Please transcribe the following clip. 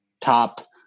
top